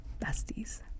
besties